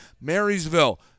Marysville